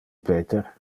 peter